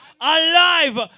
alive